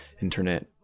internet